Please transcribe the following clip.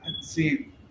see